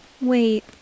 Wait